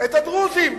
את הדרוזים.